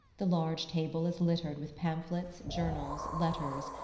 the large table is littered with pamphlets, journals, letters,